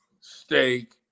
steak